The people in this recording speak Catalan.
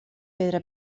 pedra